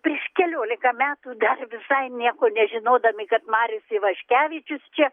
prieš kelioliką metų dar visai nieko nežinodami kad marius ivaškevičius čia